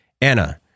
Anna